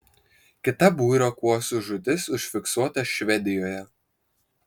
kita būrio kuosų žūtis užfiksuota švedijoje